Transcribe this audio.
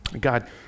God